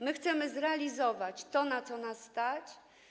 My chcemy zrealizować to, na co nas stać.